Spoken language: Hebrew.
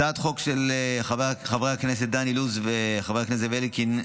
הצעת החוק של חבר הכנסת דן אילוז וחבר הכנסת זאב אלקין,